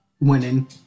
winning